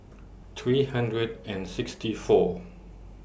three hundred and sixty four